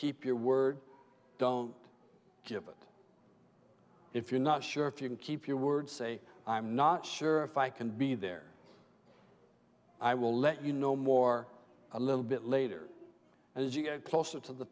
skip your word don't give it if you're not sure if you can keep your word say i'm not sure if i can be there i will let you know more a little bit later as you get closer to the